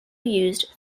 used